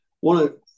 one